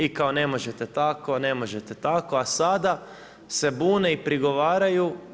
I kao ne možete tako, ne možete tako, a sada se bune i prigovaraju.